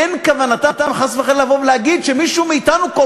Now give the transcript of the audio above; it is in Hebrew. אין כוונתו חס וחלילה לומר שמישהו מאתנו כל